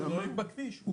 הוא נוהג בכביש.